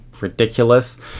ridiculous